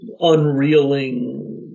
unreeling